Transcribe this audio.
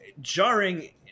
jarring